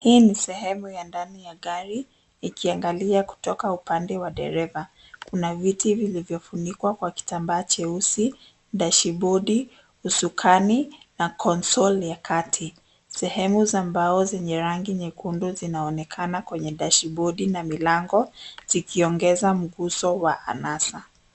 Hii ni sehemu ya ndani ya gari ikiangalia kutoka upande wa dereva, kuna viti vilivyofunikwa kwa kitambaa jeusi, dashibodi, usukani na Console ya kati. Sehemu za mbao zenye rangi nyekundu zinaonekana kwenye dashobodi na milango zikiongeza nguzo wa anasa.